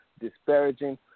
disparaging